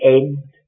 end